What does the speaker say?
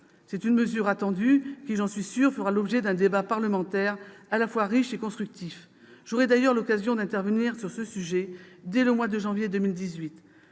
C'est une mesure attendue, qui, j'en suis sûre, fera l'objet d'un débat parlementaire à la fois riche et constructif. J'aurai d'ailleurs l'occasion d'intervenir sur ce sujet dès le mois de janvier 2018.